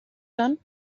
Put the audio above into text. dann